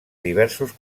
diversos